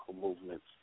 movements